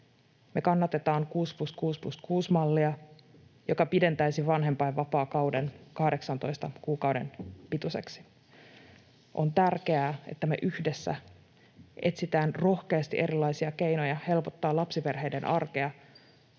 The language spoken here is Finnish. Me kannatetaan 6+6+6‑mallia, joka pidentäisi vanhempainvapaakauden 18 kuukauden pituiseksi. On tärkeää, että me yhdessä etsimme rohkeasti erilaisia keinoja helpottaa lapsiperheiden arkea,